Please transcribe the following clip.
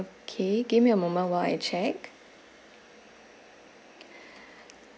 okay give me a moment while I check